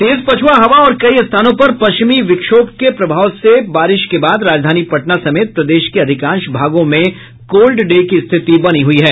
तेज पछ्आ हवा और कई स्थानों पर पश्चिमी विक्षोभ के प्रभाव से बारिश के बाद राजधानी पटना समेत प्रदेश के अधिकांश भागों में कोल्ड डे की स्थिति बनी हुई है